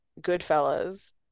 Goodfellas